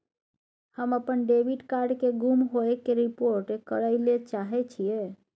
हम अपन debit card के गुम होय के रिपोर्ट करय ले चाहय छियै